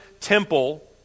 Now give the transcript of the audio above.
temple